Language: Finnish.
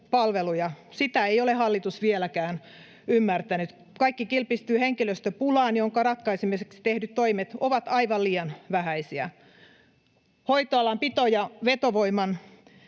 Sitä ei ole hallitus vieläkään ymmärtänyt. Kaikki kilpistyy henkilöstöpulaan, jonka ratkaisemiseksi tehdyt toimet ovat aivan liian vähäisiä. Hoitoalan pito- ja vetovoiman